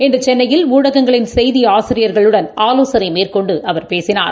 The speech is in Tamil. இன்றுசென்னையில் ஊடகங்களின் செய்திஆசிரியர்களுடன் ஆலோசனைமேற்கொண்டுபேசினார்